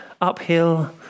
uphill